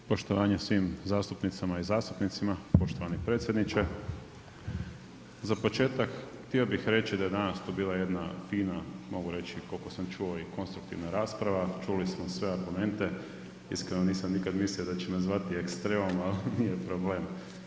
Poštovanje svim zastupnicama i zastupnicima, poštovani predsjedniče za početak htio bih reći da je danas tu bila jedna fina mogu reći koliko sam čuo i konstruktivna rasprava, čuli smo sve argumente, iskreno nisam nikada mislio da će nas zvati ekstremom ali nije problem.